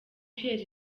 pierre